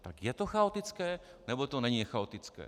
Tak je to chaotické, nebo to není chaotické?